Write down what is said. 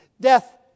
Death